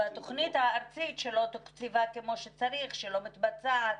התוכנית הארצית לא תוקצבה כמו שצריך ולא מתבצעת.